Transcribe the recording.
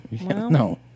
No